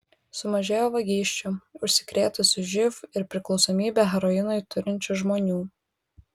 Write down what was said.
sumažėjo vagysčių užsikrėtusių živ ir priklausomybę heroinui turinčių žmonių